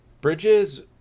Bridges